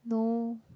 no